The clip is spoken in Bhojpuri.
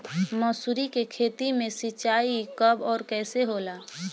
मसुरी के खेती में सिंचाई कब और कैसे होला?